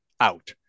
out